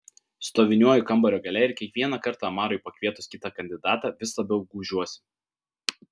stoviniuoju kambario gale ir kiekvieną kartą amarui pakvietus kitą kandidatą vis labiau gūžiuosi